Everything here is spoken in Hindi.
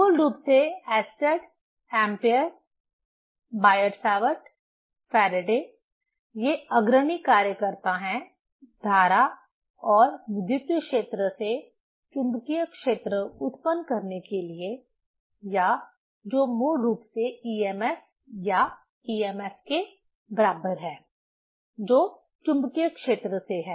मूल रूप से Oersted Ampere Biot Savart Faraday ये अग्रणी कार्यकर्ता हैं धारा और विद्युत क्षेत्र से चुंबकीय क्षेत्र उत्पन्न करने के लिए या जो मूल रूप से EMF या EMF के बराबर है जो चुंबकीय क्षेत्र से है